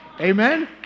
amen